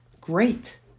great